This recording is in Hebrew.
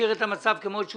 אם נשאיר את המצב כמות שהוא,